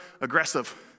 aggressive